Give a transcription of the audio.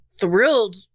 thrilled